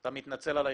מאוד מתנצל על האיחור.